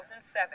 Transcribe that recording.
2007